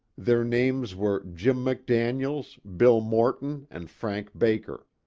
their names were jim mcdaniels, bill morton, and frank baker.